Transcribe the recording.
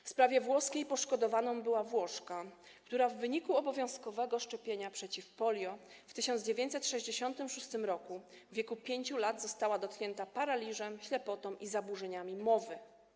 W sprawie włoskiej poszkodowaną była Włoszka, która w wyniku obowiązkowego szczepienia przeciwko polio w 1966 r. w wieku 5 lat została dotknięta paraliżem, ślepotą i zaburzeniami mowy.